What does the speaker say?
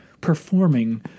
performing